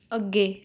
ਅੱਗੇ